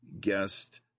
guest